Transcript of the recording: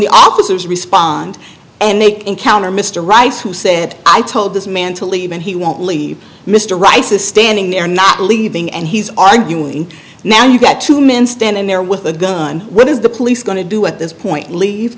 the officers respond and they encounter mr rice who said i told this man to leave and he won't leave mr rice is standing there not leaving and he's arguing now you've got two men standing there with a gun what is the police going to do at this point leave